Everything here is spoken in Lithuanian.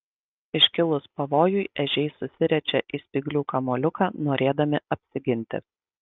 iškilus pavojui ežiai susiriečia į spyglių kamuoliuką norėdami apsiginti